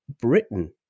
Britain